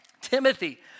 Timothy